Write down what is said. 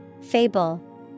Fable